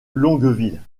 longueville